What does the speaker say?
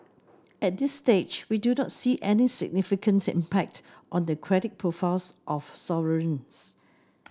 at this stage we do not see any significant impact on the credit profiles of sovereigns